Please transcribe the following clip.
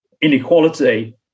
Inequality